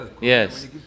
yes